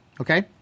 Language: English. okay